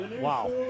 wow